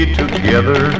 together